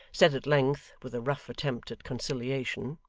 said at length, with a rough attempt at conciliation,